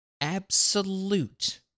absolute